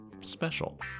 special